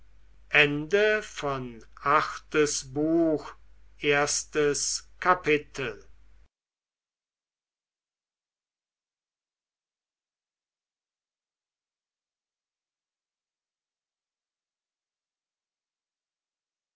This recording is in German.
achtes buch erstes kapitel